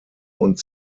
und